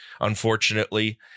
unfortunately